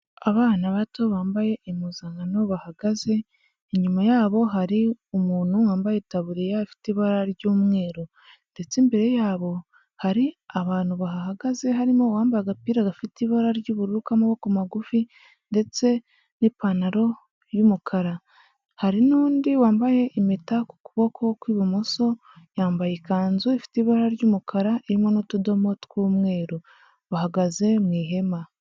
Abana bato bambaye impuzankano bahagaze, inyuma yabo hari umuntu wambaye itaburiya ifite ibara ry'umweru ndetse imbere yabo hari abantu bahagaze harimo; uwambaye agapira gafite ibara ry'ubururu k'amaboko magufi ndetse n'ipantaro y'umukara hari n'undi wambaye impeta ku kuboko kw'ibumoso yambaye ikanzu ifite ibara ry'umukara irimo n'utudomo tw'umweru bahagaze mu ihema.